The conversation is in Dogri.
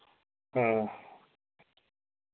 हां